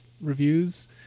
reviews